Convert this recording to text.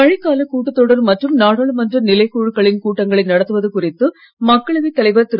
மழைக்கால தலைவருமான கூட்டத்தொடர் மற்றும் நாடாளுமன்ற நிலைக் குழுக்களின் கூட்டங்களை நடத்துவது குறித்து மக்களவை தலைவர் திரு